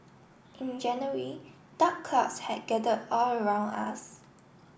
in January dark clouds had gathered all around us